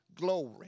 Glory